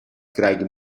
craig